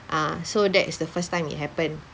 ah so that is the first time it happened